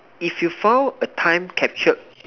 if you found a time captured